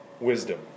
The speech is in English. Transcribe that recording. Wisdom